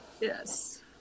Yes